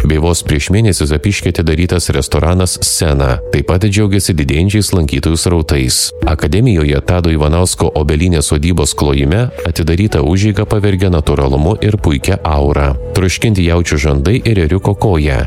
bei vos prieš mėnesį zapyšky atidarytas restoranas sena taip pat džiaugėsi didėjančiais lankytojų srautais akademijoje tado ivanausko obelynės sodybos klojime atidarytą užeigą pavergia natūralumu ir puikia aura troškinti jaučio žandai ir ėriuko koja